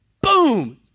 Boom